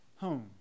home